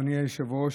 אדוני היושב-ראש.